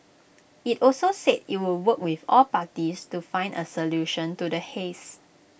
IT also said IT would work with all parties to find A solution to the haze